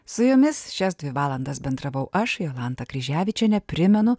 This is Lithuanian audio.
su jumis šias dvi valandas bendravau aš jolanta kryževičienė primenu